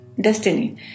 Destiny